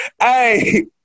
Hey